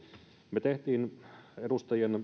me teimme edustaja